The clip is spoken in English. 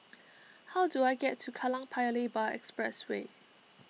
how do I get to Kallang Paya Lebar Expressway